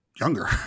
younger